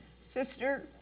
Sister